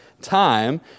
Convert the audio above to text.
time